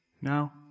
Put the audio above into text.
No